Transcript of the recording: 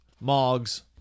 Mogs